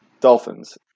Dolphins